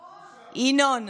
ינון.